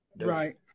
Right